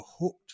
hooked